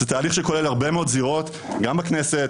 זה תהליך שכולל הרבה מאוד זירות גם בכנסת,